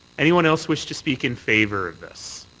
anyone else wish to speak in favour of this?